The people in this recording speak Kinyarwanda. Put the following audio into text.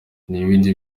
n’ibindi